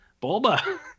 Bulba